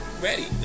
ready